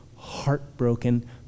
heartbroken